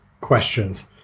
questions